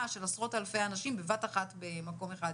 של עשרות אלפי אנשים בבת אחת במקום אחד,